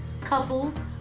couples